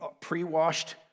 pre-washed